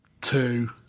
two